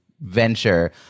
venture